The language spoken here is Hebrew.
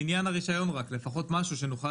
בעניין רישיון רק, לפחות משהו שנוכל.